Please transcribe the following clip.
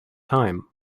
time